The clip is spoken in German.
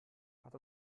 hat